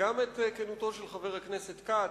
וגם את כנותו של חבר הכנסת כץ,